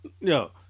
Yo